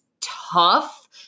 tough